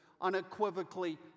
unequivocally